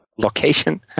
Location